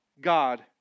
God